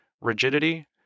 rigidity